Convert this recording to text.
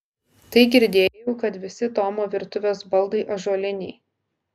tai girdėjau kad visi tomo virtuvės baldai ąžuoliniai